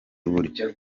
buryo